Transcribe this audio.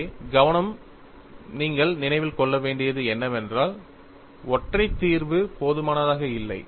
இங்கே கவனம் நீங்கள் நினைவில் கொள்ள வேண்டியது என்னவென்றால் ஒற்றை தீர்வு போதுமானதாக இல்லை